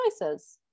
choices